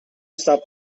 stop